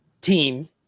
Team